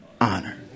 honor